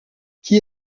qui